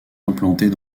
implantés